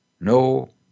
no